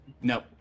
No